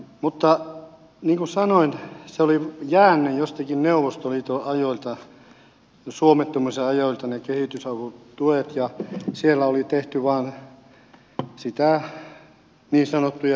mutta niin kuin sanoin ne kehitysavut tuet olivat jäänne jostakin neuvostoliiton ajoilta suomettumisen ajoilta ja siellä oli tehty vain niin sanottuja sirppitalkoita